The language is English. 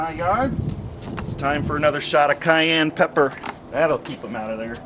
my yard it's time for another shot of cayenne pepper that'll keep them out of the